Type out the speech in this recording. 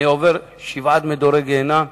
אני עובר שבעת מדורי גיהינום.